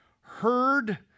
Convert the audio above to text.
heard